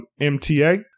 MTA